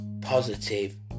positive